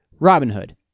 Robinhood